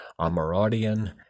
Amaradian